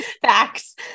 Facts